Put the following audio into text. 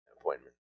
appointment